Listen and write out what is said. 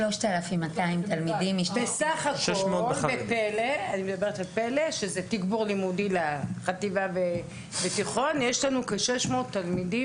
תלמידים שזקוקים לתגבור לימודים מאיתנו בשנה הראשונה יקבלו.